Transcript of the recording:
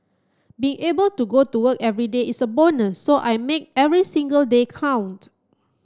be able to go to work everyday is a bonus so I make every single day count